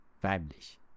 Weiblich